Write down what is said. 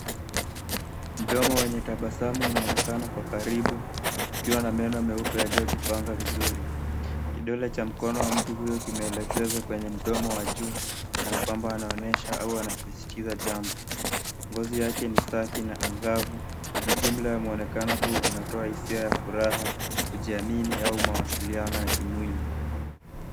Mdomo wenye tabasamu unaonekana kwa karibu ukiwa na meno meupe yaliyojipanga vizuri. Kidole cha mtu huyu kimeelekezwa kwenye mdomo wa juu, kanakwamba naonyesha au anasisitiza jambo. Ngozi yake ni safi na angavu na jumla ya mwonekano huu unatoa hisia ya furaha, kujiamini au mawasiliano ya kimwili.